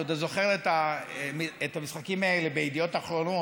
אתה עוד זוכר את המשחקים האלה בידיעות אחרונות,